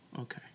okay